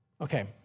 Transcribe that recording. Okay